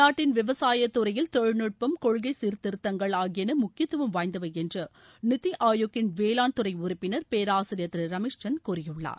நாட்டின் விவசாய துறையில் தொழில்நுட்பம் கொள்கை சீர்திருத்தங்கள் ஆகியள முக்கயித்துவம் வாய்ந்தவை என்று நித்தி ஆயோக் ன் வேளாண் துறை உறுப்பினர் பேராசிரியர் திரு ரமேஷ் சந்த் கூறியுள்ளார்